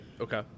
okay